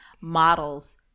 models